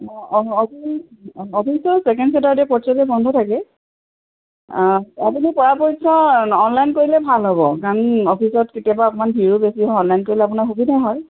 অঁ অফিচৰ ছেকেণ্ড ছেটাৰ্ডে ফৰ্থ ছেটাৰ্ডে বন্ধ থাকে আপুনি পৰা পৰাপক্ষত অনলাইন কৰিলে ভাল হ'ব কাৰণ অফিচত কেতিয়াবা অকণমান ভিৰো বেছি হয় অনলাইন কৰিলে আপোনাৰ সুবিধা হয়